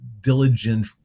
diligent